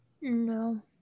No